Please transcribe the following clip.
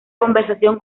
conversación